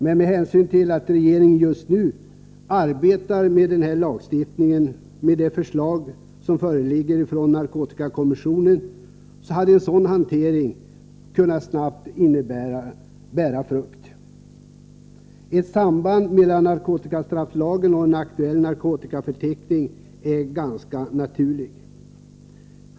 Med hänsyn till att regeringen just nu, på grund av de förslag som föreligger från narkotikakommissionen, arbetar med narkotikalagstiftningen hade en sådan hantering snabbt kunnat bära frukt. Ett samband mellan narkotikastrafflagen och en aktuell narkotikaförteckning är ganska naturligt.